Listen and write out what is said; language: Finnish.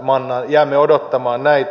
jäämme odottamaan näitä